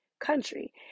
country